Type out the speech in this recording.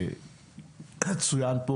צוין פה